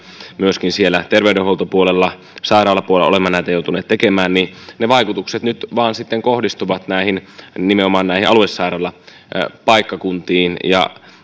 myöskin siellä terveydenhuoltopuolella sairaalapuolella olemme näitä joutuneet tekemään niin ne vaikutukset nyt vaan sitten kohdistuvat nimenomaan aluesairaalapaikkakuntiin ja